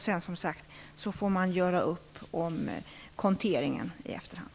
Sedan får man som sagt göra upp om konteringen i efterhand.